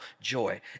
joy